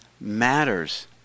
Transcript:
matters